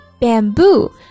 Bamboo